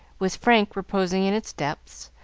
with frank reposing in its depths,